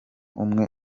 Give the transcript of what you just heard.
umwe